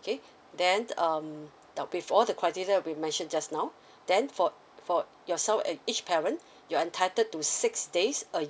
okay then um now with all the criteria we mentioned just now then for for yourself err each parent you're entitled to six days a year